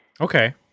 Okay